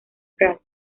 prat